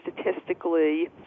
statistically